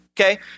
Okay